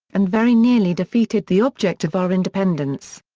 and very nearly defeated the object of our independence.